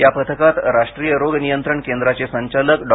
या पथकात राष्ट्रीय रोग नियंत्रण केंद्राचे संचालक डॉ